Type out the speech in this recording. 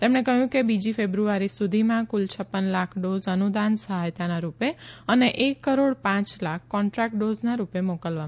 તેમણે કહયું કે બીજી ફેબ્રુઆરી સુધીમાં કુલ પડ લાખ ડોઝ અનુદાન સહાયતાના રૂપે અને એક કરોડ પાંચ લાખ કોન્ટ્રાકટ ડોઝના રૂપે મોકલવામાં આવી છે